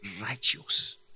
righteous